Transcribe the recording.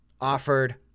offered